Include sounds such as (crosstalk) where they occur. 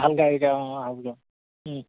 ভাল গাড়ীতে অঁ (unintelligible)